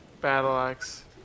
battle-axe